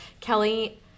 Kelly